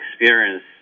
experience